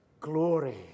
glory